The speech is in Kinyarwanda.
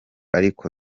ariko